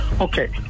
Okay